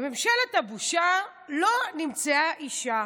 בממשלת הבושה לא נמצאה אישה,